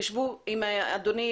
תשבו עם אדוני,